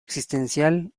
existencial